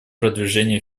продвижения